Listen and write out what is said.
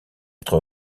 être